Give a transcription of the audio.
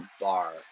Bar